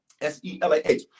s-e-l-a-h